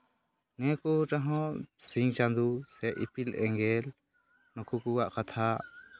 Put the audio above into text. ᱱᱤᱭᱟᱹ ᱠᱚ ᱨᱮᱦᱚᱸ ᱥᱤᱧ ᱪᱟᱸᱫᱚ ᱥᱮ ᱤᱯᱤᱞ ᱮᱸᱜᱮᱞ ᱱᱩᱠᱩ ᱠᱚᱣᱟᱜ ᱠᱟᱛᱷᱟ